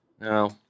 No